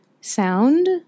sound